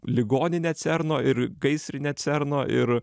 ligoninė cerno ir gaisrinė cerno ir